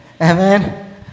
Amen